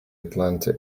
atlanta